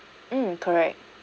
mm correct